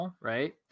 right